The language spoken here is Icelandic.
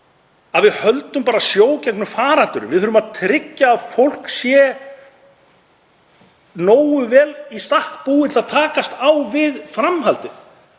að við höldum bara sjó gegnum faraldurinn. Við þurfum að tryggja að fólk sé nógu vel í stakk búið til að takast á við framhaldið.